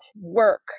work